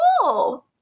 cool